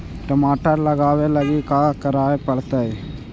टमाटर लगावे लगी का का करये पड़तै?